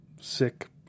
sick